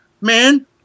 man